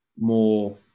more